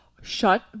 shut